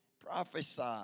prophesy